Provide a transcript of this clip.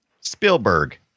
Spielberg